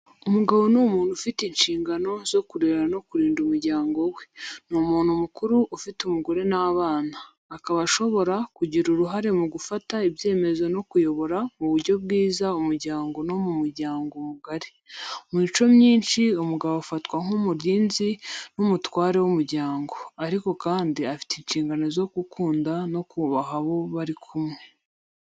Umugabo ni umuntu ufite inshingano zo kurera no kurinda umuryango we. Ni umuntu mukuru ufite umugore n’abana, akaba ashobora kugira uruhare mu gufata ibyemezo no kuyobora mu buryo bwiza umuryango no mu muryango mugari. Mu mico myinshi, umugabo afatwa nk’umurinzi n’umutware w’umuryango, ariko kandi afite inshingano zo gukunda no kubaha abo bari kumwe.